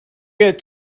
get